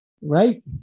Right